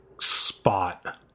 spot